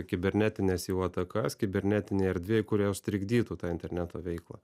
kibernetines jau atakas kibernetinėj erdvėj kur jos trikdytų tą interneto veiklą